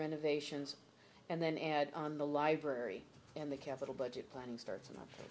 renovations and then add on the library and the capital budget planning starts